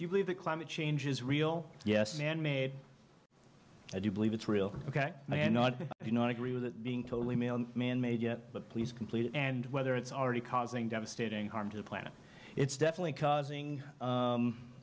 do you believe that climate change is real yes man made i do believe it's real ok and if you not agree with it being totally male manmade yet but please complete and whether it's already causing devastating harm to the planet it's definitely causing